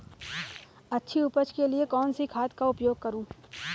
अच्छी उपज के लिए कौनसी खाद का उपयोग करूं?